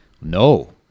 No